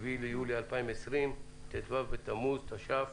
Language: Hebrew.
היום ה-7 ביולי 2020, ט"ו בתמוז התש"ף.